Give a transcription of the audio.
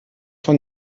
von